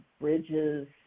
bridges